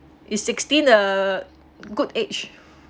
is sixteen a good age